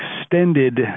extended